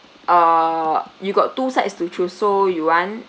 err you got two sides to choose so you want